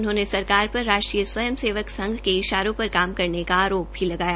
उन्होंने सरकार पर राष्ट्रीय स्वयं सेवक संघ के इशारों पर काम करने का आरोप भी लगाया